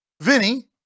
Vinny